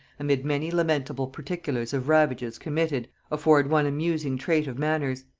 amid many lamentable particulars of ravages committed, afford one amusing trait of manners.